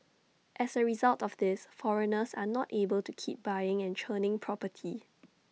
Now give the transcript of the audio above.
as A result of this foreigners are not able to keep buying and churning property